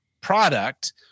product